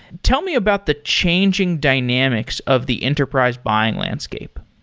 tell me about the changing dynamics of the enterprise buying landscape